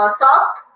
soft